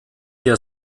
der